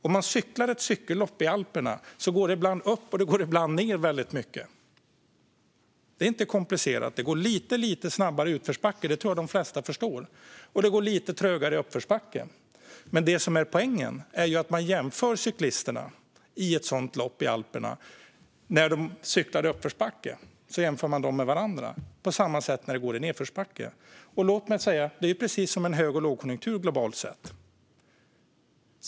Om man cyklar ett cykellopp i Alperna går det ibland väldigt mycket upp och ibland väldigt mycket ned. Det är inte komplicerat; det går lite, lite snabbare i utförsbacke - det tror jag att de flesta förstår - och det går lite trögare i uppförsbacke. Men poängen är att man i ett sådant lopp i Alperna jämför cyklisterna med varandra när de cyklar i uppförsbacke, och man jämför dem med varandra i nedförsbacke. Det är precis som i hög och lågkonjunktur globalt sett.